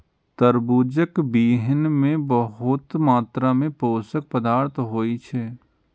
तरबूजक बीहनि मे बहुत मात्रा मे पोषक पदार्थ होइ छै